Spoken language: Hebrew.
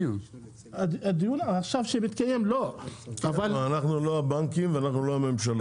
אנחנו לא הבנקים ואנחנו לא הממשלה.